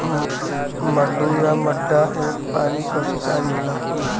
मड्डू या मड्डा एक पानी क सिंचाई होला